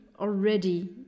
already